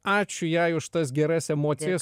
ačiū jai už tas geras emocijas